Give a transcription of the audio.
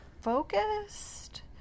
focused